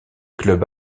clubs